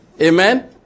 Amen